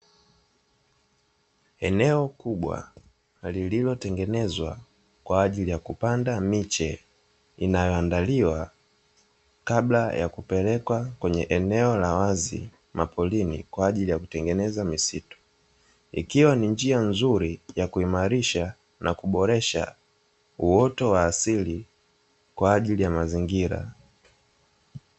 Eneo kubwa, lililotengenezwa kwa ajili ya kupanda miche inayoandaliwa kabla ya kupelekwa kwenye eneo la wazi maporini, kwa ajili ya kutengeneza misitu. Ikiwa ni njia nzuri ya kuimarisha na kuboresha uoto wa asili kwa ajili ya mazingira.